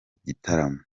gitaramo